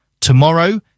Tomorrow